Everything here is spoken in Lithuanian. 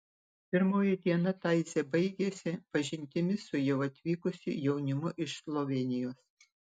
pirmoji diena taizė baigėsi pažintimi su jau atvykusiu jaunimu iš slovėnijos